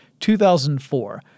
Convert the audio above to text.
2004